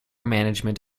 management